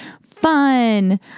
fun